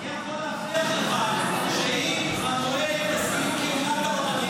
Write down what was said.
אני יכול להבטיח לך שאם המועד לסיום כהונת